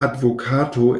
advokato